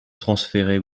transférer